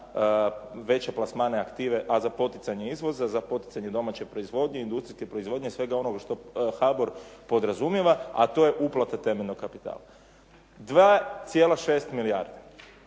veće plasmane aktive a za poticanje izvoza, za poticanje domaće proizvodnje i industrijske proizvodnje, svega onoga što HBOR podrazumijeva, a to je uplata temeljnog kapitala. 2,6 milijardi,